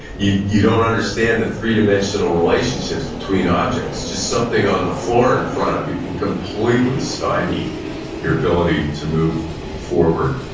you you don't understand the three-dimensional relationships between objects, just something on the floor in front of you, it can completely stymie your ability to move forward.